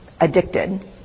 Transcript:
addicted